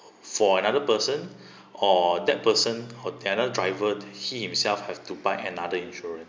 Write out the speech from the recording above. for another person or that person driver he himself has to buy another insurance